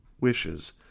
wishes